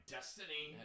Destiny